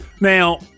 Now